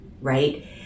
right